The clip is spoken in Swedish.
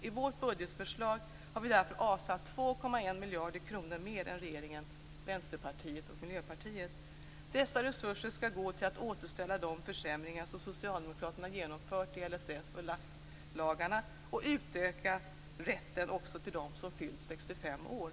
I vårt budgetförslag har vi därför avsatt 2,1 miljarder kronor mer än regeringen, Vänsterpartiet och Miljöpartiet. Dessa resurser skall gå till att återställa de försämringar som lagarna och utöka rätten också till dem som fyllt 65 år.